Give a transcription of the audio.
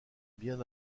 bien